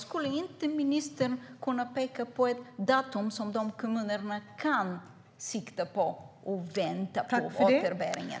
Skulle inte ministern kunna peka på ett datum som kommunerna kan sikta på när de väntar på återbäringen?